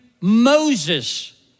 Moses